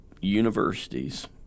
universities